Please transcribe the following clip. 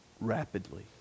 rapidly